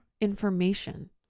information